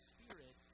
Spirit